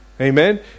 Amen